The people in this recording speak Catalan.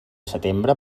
setembre